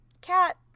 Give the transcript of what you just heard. Cat